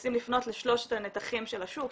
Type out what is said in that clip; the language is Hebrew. ומנסים לפנות לשלושת הנתחים של השוק,